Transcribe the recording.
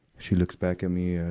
she looks back at me. ah